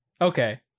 okay